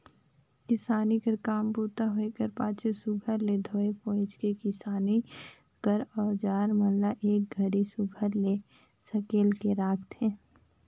किसानी कर काम बूता होए कर पाछू सुग्घर ले धोए पोएछ के किसानी कर अउजार मन ल एक घरी सुघर ले सकेल के राखथे